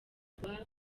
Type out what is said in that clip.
kugwa